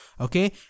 Okay